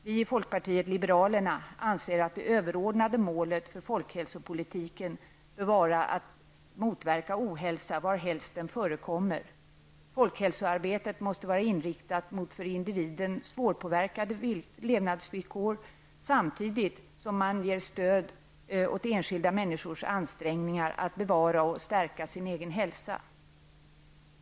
Vi i folkpartiet liberalerna anser att det överordnade målet för folkhälsopolitiken bör vara att motverka ohälsa var helst den förekommer. Folkhälsoarbetet måste vara inriktat mot för individen svårpåverkade levnadsvillkor samtidigt som man ger stöd åt enskilda människors ansträngningar att bevara och stärka sin egen hälsa.